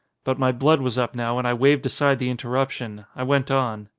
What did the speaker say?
but my blood was up now and i waved aside the interruption. i went on.